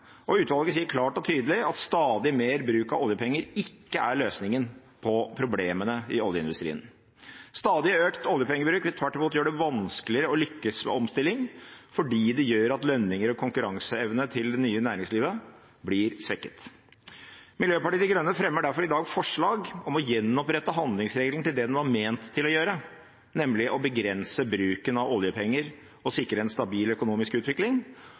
og utvalget sier klart og tydelig at stadig mer bruk av oljepenger ikke er løsningen på problemene i oljeindustrien. Stadig økt oljepengebruk vil tvert imot gjøre det vanskeligere å lykkes med omstilling, fordi det gjør at lønninger og konkurranseevne til det nye næringslivet blir svekket. Miljøpartiet De Grønne fremmer derfor i dag forslag om å gjenopprette handlingsregelen til det den var ment å gjøre, nemlig å begrense bruken av oljepenger og sikre en stabil økonomisk utvikling